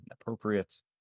appropriate